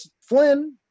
Flynn